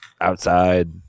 outside